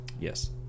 Yes